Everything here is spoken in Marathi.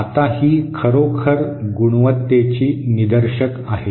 आता ही खरोखर गुणवत्तेची निदर्शक आहे